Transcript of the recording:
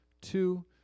Two